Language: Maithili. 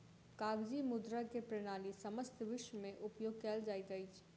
कागजी मुद्रा के प्रणाली समस्त विश्व में उपयोग कयल जाइत अछि